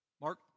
Mark